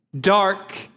dark